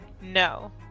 No